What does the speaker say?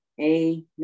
Amen